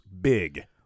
big